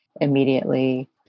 immediately